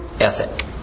ethic